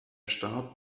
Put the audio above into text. starb